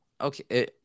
okay